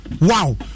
Wow